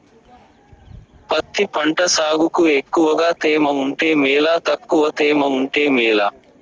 పత్తి పంట సాగుకు ఎక్కువగా తేమ ఉంటే మేలా తక్కువ తేమ ఉంటే మేలా?